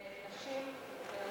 אני מקשיבה.